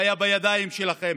זה היה בידיים שלכם.